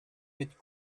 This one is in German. mit